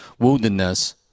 woundedness